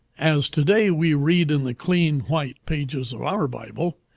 as to-day we read in the clean white pages of our bible,